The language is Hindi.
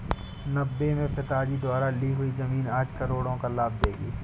नब्बे में पिताजी द्वारा ली हुई जमीन आज करोड़ों का लाभ देगी